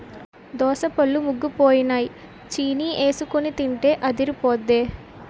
దోసపళ్ళు ముగ్గిపోయినై చీనీఎసికొని తింటే అదిరిపొద్దే